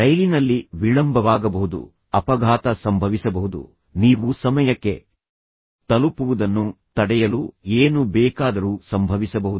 ರೈಲಿನಲ್ಲಿ ವಿಳಂಬವಾಗಬಹುದು ಅಪಘಾತ ಸಂಭವಿಸಬಹುದು ನೀವು ಸಮಯಕ್ಕೆ ತಲುಪುವುದನ್ನು ತಡೆಯಲು ಏನು ಬೇಕಾದರೂ ಸಂಭವಿಸಬಹುದು